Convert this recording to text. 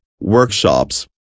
workshops